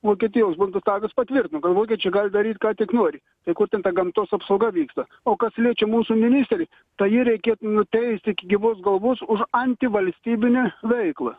vokietijos bundutagas patvirtino kad vokiečiai gali daryt ką tik nori tai kur ten ta gamtos apsauga vyksta o kas liečia mūsų ministrei tai jį reikėtų nuteist iki gyvos galvos už antivalstybinę veiklą